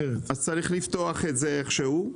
צריך איכשהו לפתוח את זה ולאפשר.